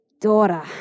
daughter